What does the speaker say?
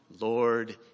Lord